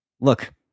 look